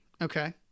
okay